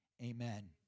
Amen